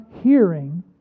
hearing